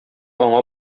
аңа